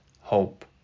hope